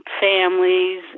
families